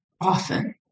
often